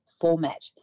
format